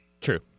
True